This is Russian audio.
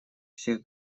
всех